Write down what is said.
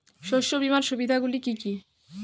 শস্য বিমার সুবিধাগুলি কি কি?